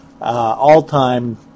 all-time